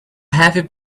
heavy